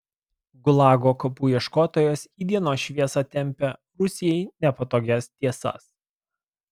gulago kapų ieškotojas į dienos šviesą tempia rusijai nepatogias tiesas